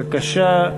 בבקשה,